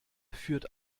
führt